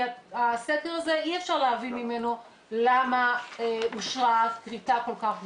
כי אי אפשר להבין מהסקר הזה למה אושרה כריתה כל כך גדולה.